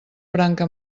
branca